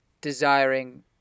desiring